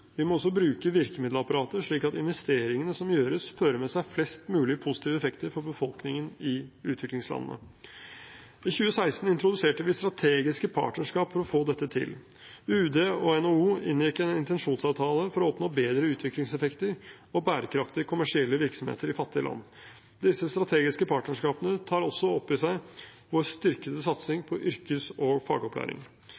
Vi må også bruke virkemiddelapparatet slik at investeringene som gjøres, fører med seg flest mulig positive effekter for befolkningen i utviklingslandene. I 2016 introduserte vi strategiske partnerskap for å få dette til. UD og NHO inngikk en intensjonsavtale for å oppnå bedre utviklingseffekter og bærekraftige kommersielle virksomheter i fattige land. Disse strategiske partnerskapene tar også opp i seg vår styrkede satsing